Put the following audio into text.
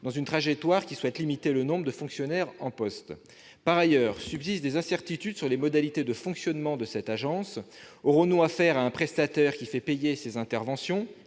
dans une trajectoire qui souhaite limiter le nombre de fonctionnaires en poste. Par ailleurs, subsistent des incertitudes sur les modalités de fonctionnement de cette agence. Aurons-nous affaire à un prestataire qui fait payer ses interventions,